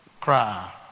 Cry